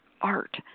Art